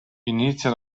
inizia